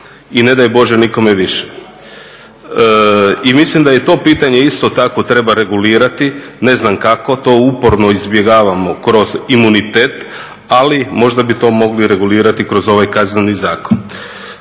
i ne daj Bože nikome više. I mislim da i to pitanje isto tako treba regulirati. Ne znam kako, to uporno izbjegavamo kroz imunitet. Ali možda bi to mogli regulirati kroz ovaj Kazneni zakon.